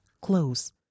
close